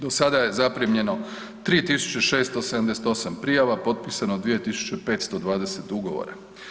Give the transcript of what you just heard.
Do sada je zaprimljeno 3678 prijava, potpisano 2520 ugovora.